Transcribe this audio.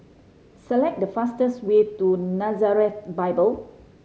select the fastest way to Nazareth Bible